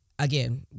Again